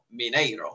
Mineiro